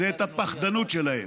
זה את הפחדנות שלהם,